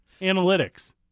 analytics